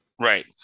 Right